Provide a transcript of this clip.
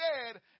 dead